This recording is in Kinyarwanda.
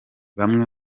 bamwe